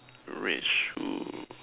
red shoe